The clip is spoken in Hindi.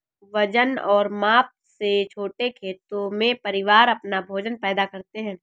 वजन और माप से छोटे खेतों में, परिवार अपना भोजन पैदा करते है